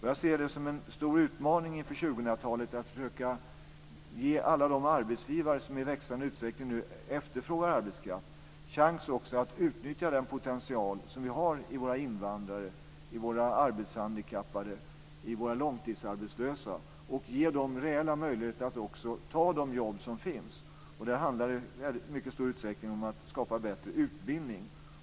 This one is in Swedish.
Jag ser det som en stor utmaning inför 2000-talet att försöka ge alla de arbetsgivare som i växande utsträckning nu efterfrågar arbetskraft chans att utnyttja den potential som vi har i våra invandrare, våra arbetshandikappade och våra långtidsarbetslösa och också ge dem reella möjligheter att ta de jobb som finns. Det handlar i stor utsträckning om att skapa bättre utbildning.